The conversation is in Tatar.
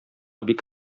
бик